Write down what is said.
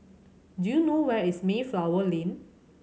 do you know where is Mayflower Lane